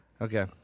Okay